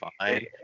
fine